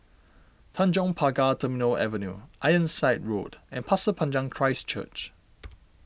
Tanjong Pagar Terminal Avenue Ironside Road and Pasir Panjang Christ Church